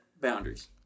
boundaries